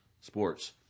sports